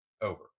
over